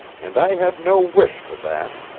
and i have no wish for that.